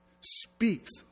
speaks